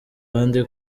abandi